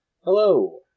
Hello